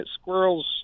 squirrels